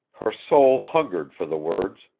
her soul hungered for the words,